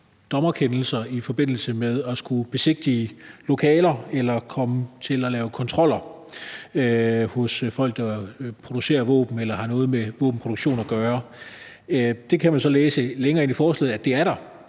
dommerkendelser i forbindelse med at skulle besigtige lokaler eller komme til at lave kontroller hos folk, der producerer våben eller har noget med våbenproduktionen at gøre. Man kan så læse længere inde i forslaget, at det har